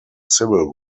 civil